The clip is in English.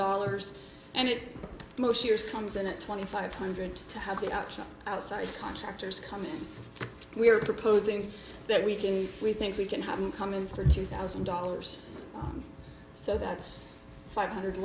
dollars and it most years comes and at twenty five hundred to have the option outside contractors come in we are proposing that we can we think we can have them come in for two thousand dollars so that's five hundred